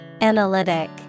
Analytic